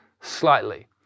slightly